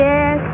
Yes